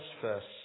first